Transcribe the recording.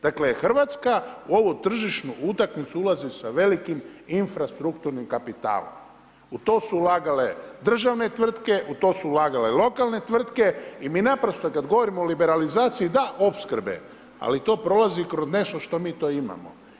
Dakle Hrvatska u ovu tržišnu utakmicu ulazi sa velikim infrastrukturnim kapitalom u to su ulagale državne tvrtke, u to su ulagale lokalne tvrtke i mi kada govorimo o liberalizaciji da opskrbe, ali to prolazi kroz nešto što mi to imamo.